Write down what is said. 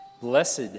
Blessed